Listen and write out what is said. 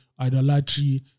idolatry